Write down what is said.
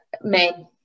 men